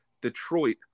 Detroit